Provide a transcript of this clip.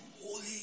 holy